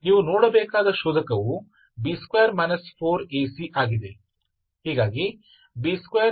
ನೀವು ನೋಡಬೇಕಾದ ಶೋಧಕವು B2 4AC ಆಗಿದೆ